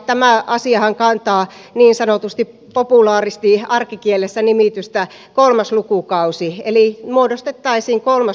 tämä asiahan kantaa niin sanotusti populaaristi arkikielessä nimitystä kolmas lukukausi eli muodostettaisiin kolmas lukukausi